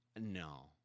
No